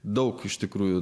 daug iš tikrųjų